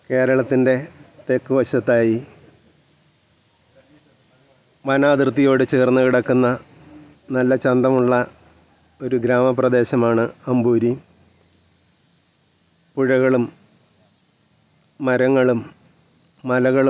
ഒരിക്കൽ ഞാനൊരു പിക്ച്ചർ വരച്ചിട്ടുണ്ടായിരുന്നു അന്ന് വരച്ചിട്ട് ആദ്യം കണ്ടപ്പോഴത്തേനും എനിക്കങ്ങനെ പ്രത്യേകിച്ച് പിക്ച്ചർ കണ്ടിട്ട് ഒന്നും തോന്നിയില്ല നോര്മലായിട്ടൊരു പിക്ച്ചർ വരച്ചു അതു മാത്രമേ എനിക്ക് തോന്നിയുള്ളു അതിനു ശേഷം എന്റെ ഫ്രണ്ട്സ് ഫ്രണ്ട്സൊരിക്കൽ ആ പിച്ചർ കണ്ടായിരുന്നു